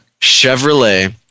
Chevrolet